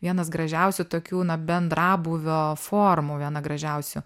vienas gražiausių tokių na bendrabūvio formų viena gražiausių